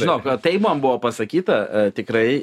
žinok tai man buvo pasakyta tikrai